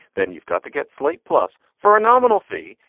then you've got to get slate plus for a nominal fee.